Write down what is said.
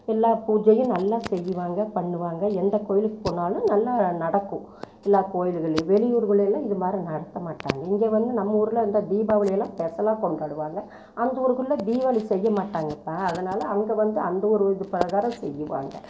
எல்லா பூஜையும் நல்லா செய்யுவாங்க பண்ணுவாங்க எந்த கோவிலுக்கு போனாலும் நல்லா நடக்கும் எல்லா கோயில்கள்லேயும் வெளியூருகளில் எல்லாம் இது மாதிரி நடத்த மாட்டாங்க இங்கே வந்து நம்ம ஊரில் இந்த தீபாவளி எல்லாம் பெஷலாக கொண்டாடுவாங்க அந்த ஊருக்குள்ளே தீபாவாளி செய்ய மாட்டாங்கப்பா அதனால அங்கே வந்து அந்த ஊர் இது பிரகாரம் செய்யுவாங்க